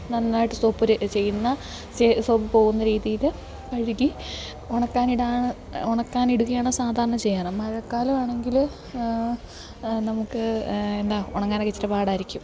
നന്നായിട്ട് സോപ്പ് ഉര ചെയ്യുന്ന സോപ്പ് പോകുന്ന രീതിയിൽ കഴുകി ഉണക്കാനിടുകയാണ് സാധാരണ ചെയ്യാറ് മഴക്കാലമാണെങ്കിൽ നമുക്ക് എന്താ ഉണങ്ങാനൊക്കെ ഇച്ചിരി പാടായിരിക്കും